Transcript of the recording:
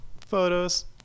Photos